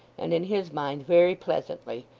and in his mind very pleasantly,